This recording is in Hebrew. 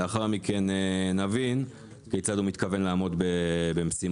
לאחר מכן נבין כיצד הוא מתכוון לעמוד במשימתו.